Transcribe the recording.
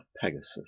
Pegasus